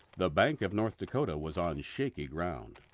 the bank of north dakota was on shaky ground.